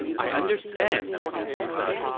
i understand, liu feng said.